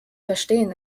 verstehen